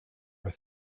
were